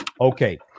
Okay